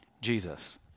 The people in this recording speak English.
Jesus